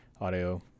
audio